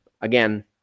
again